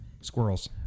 Squirrels